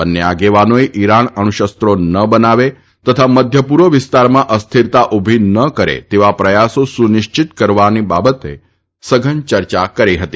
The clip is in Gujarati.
બન્નાઆગક્ષાનોએ ઇરાન અણુ શસ્ત્રો ન બનાવાનથા મધ્ય પૂર્વ વિસ્તારમાં અસ્થીરતા ઉભી ન કરે તક્ષા પ્રથાસો સુનિશ્ચિત કરવા બાબત સઘન ચર્ચા કરીહતી